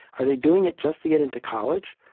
are they doing it just to get into college?